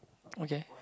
okay